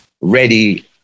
ready